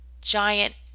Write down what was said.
giant